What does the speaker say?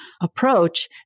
approach